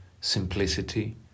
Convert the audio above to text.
simplicity